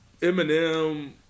Eminem